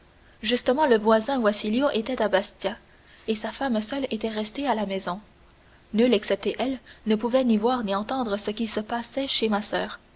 justement le voisin wasilio était à bastia sa femme seule était restée à la maison nul excepté elle ne pouvait ni voir ni entendre ce qui se passait chez ma soeur